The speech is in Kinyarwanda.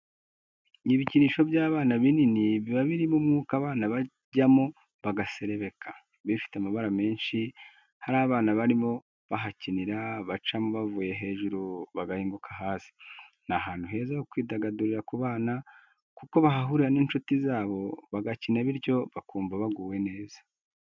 Ibikinisho by'abana binini biba birimo umwuka abana bajyamo bagaserebeka, bifite amabara menshi, hari abana barimo bahakinira, bacamo bavuye hejuru bagahinguka hasi. Ni ahantu heza ho kwidagadurira ku bana, kuko bahahurira n'inshuti zabo bagakina bityo bakumva baguwe neza.